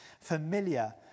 familiar